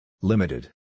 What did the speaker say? Limited